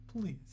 Please